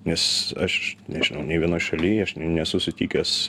nes aš nežinau nei vienoj šaly aš nesu sutikęs